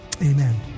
Amen